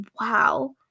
wow